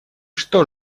что